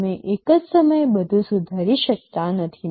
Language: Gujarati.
તમે એક જ સમયે બધું સુધારી શકતા નથી